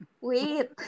Wait